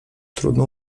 trudno